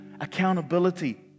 accountability